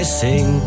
sing